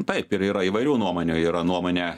taip ir yra įvairių nuomonių yra nuomonė